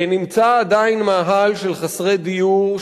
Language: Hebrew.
נמצא עדיין מאהל של חסרי דיור,